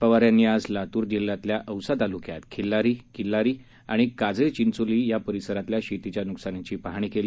पवार यांनी आज लातूर जिल्ह्यातल्या औसा तालुक्यात खिल्लारी किल्लारी आणि काजळे चिंचोली या परिसरातल्या शेतीच्या नुकसानीची पाहणी केली